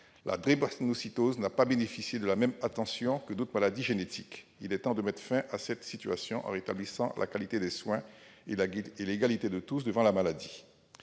la drépanocytose n'a pas bénéficié de la même attention que d'autres maladies génétiques. Il est temps de mettre fin à cette situation en rétablissant la qualité des soins et l'égalité de tous devant la maladie.